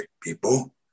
people